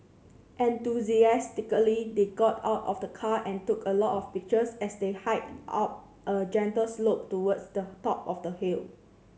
enthusiastically they got out of the car and took a lot of pictures as they hiked up a gentle slope towards the top of the hill